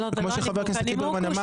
וכמו שחבר הכנסת ליברמן אמר.